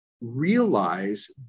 realize